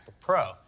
Pro